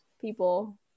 people